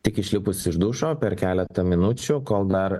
tik išlipus iš dušo per keletą minučių kol dar